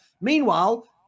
Meanwhile